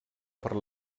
per